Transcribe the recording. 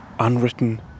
unwritten